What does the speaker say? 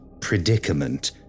predicament